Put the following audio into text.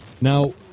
Now